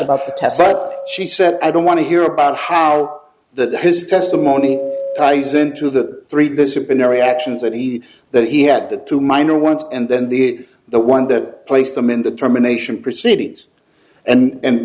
about the test but she said i don't want to hear about how that his testimony is untrue that three disciplinary actions that he that he had the two minor ones and then the the one that placed them in the termination proceedings and